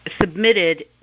submitted